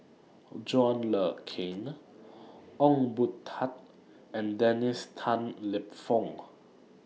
John Le Cain Ong Boon Tat and Dennis Tan Lip Fong